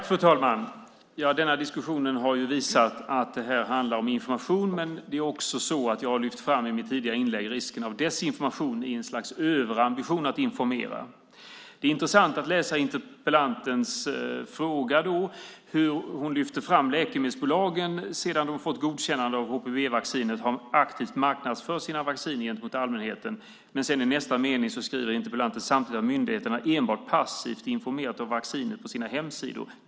Fru talman! Denna diskussion har visat att det här handlar om information, men här finns också, som jag har lyft fram i mitt tidigare inlägg, risken för desinformation i ett slags överambition att informera. Det är intressant att läsa interpellantens fråga. Hon lyfter fram hur läkemedelsbolagen sedan de har fått godkännande av HPV-vaccinet aktivt har marknadsfört sina vacciner gentemot allmänheten. Men i nästa mening skriver interpellanten: "Samtidigt har myndigheterna enbart passivt informerat om vaccinet på sina hemsidor.